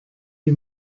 wie